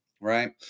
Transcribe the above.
right